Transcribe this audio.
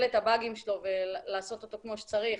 את הבאגים שלו ולעשות אותו כמו שצריך,